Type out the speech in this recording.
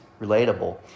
relatable